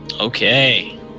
Okay